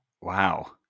Wow